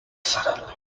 suddenly